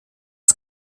als